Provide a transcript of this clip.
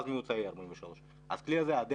ואז הממוצע יהיה 43. אז הכלי הזה עדיין